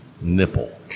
nipple